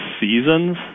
seasons